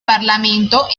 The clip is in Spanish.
parlamento